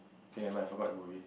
K never mind I forgot the movie